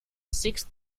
sixth